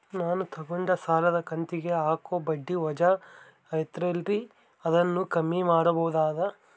ನಾನು ತಗೊಂಡ ಸಾಲದ ಕಂತಿಗೆ ಹಾಕೋ ಬಡ್ಡಿ ವಜಾ ಐತಲ್ರಿ ಅದನ್ನ ಕಮ್ಮಿ ಮಾಡಕೋಬಹುದಾ?